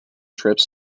trips